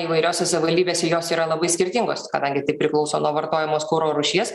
įvairiose savivaldybėse jos yra labai skirtingos kadangi tai priklauso nuo vartojamos kuro rūšies